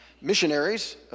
missionaries